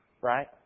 Right